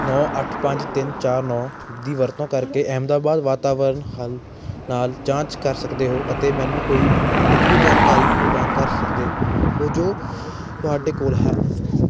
ਨੌ ਅੱਠ ਪੰਜ ਤਿੰਨ ਚਾਰ ਨੌ ਦੀ ਵਰਤੋਂ ਕਰਕੇ ਅਹਿਮਦਾਬਾਦ ਵਾਤਾਵਰਨ ਹੱਲ ਨਾਲ ਜਾਂਚ ਕਰ ਸਕਦੇ ਹੋ ਅਤੇ ਮੈਨੂੰ ਕੋਈ ਵੀ ਢੁਕਵੀਂ ਜਾਣਕਾਰੀ ਪ੍ਰਦਾਨ ਕਰ ਸਕਦੇ ਹੋ ਜੋ ਤੁਹਾਡੇ ਕੋਲ ਹੈ